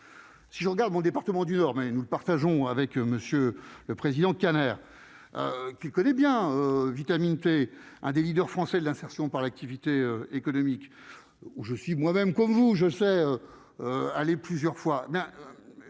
Si je regarde mon département du Nord, mais nous le partageons avec Monsieur le Président Kanner qui connaît bien Vitamine T, un des leaders français de l'insertion par l'activité économique, où je suis moi-même, comme vous, je suis allé plusieurs fois,